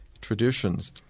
traditions